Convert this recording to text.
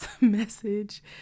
message